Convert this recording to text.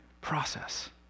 process